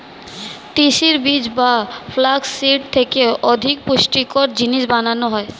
তিসির বীজ বা ফ্লাক্স সিড থেকে অধিক পুষ্টিকর জিনিস বানানো হয়